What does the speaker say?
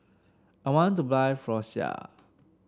I want to buy Floxia